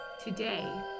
Today